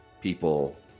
people